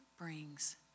brings